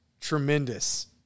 tremendous